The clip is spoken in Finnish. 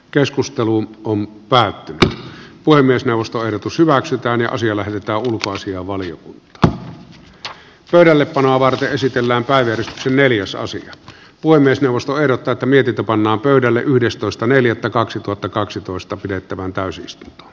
keskusteluun komm päätti puhemiesneuvosto ehdotus hyväksytään ja osia lähetetä olutlasia valio jatkaa pöydällepanoa varten esitellään päivitys neljäsasy puhemiesneuvosto ehdottaata mietitä panna pöydälle yhdestoista neljättä kaksituhattakaksitoista pidettävään täysistunto